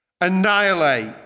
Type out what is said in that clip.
annihilate